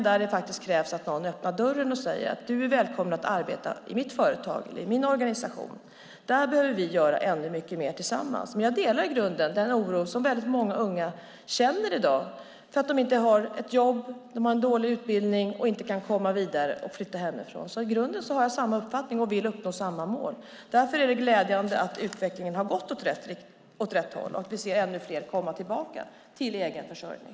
Där krävs det att någon öppnar dörren och säger: Du är välkommen att arbeta i mitt företag eller i min organisation. Här behöver vi göra mycket mer tillsammans. Jag delar i grunden den oro som väldigt många unga känner i dag som inte har något jobb, har en dålig utbildning och inte kan komma vidare och flytta hemifrån. I grunden har jag samma uppfattning och vill uppnå samma mål. Därför är det glädjande att utvecklingen har gått åt rätt håll och att vi ser ännu fler komma tillbaka till egen försörjning.